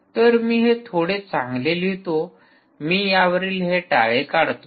तर मी हे थोडे चांगले लिहितो मी यावरील हे टाळे काढतो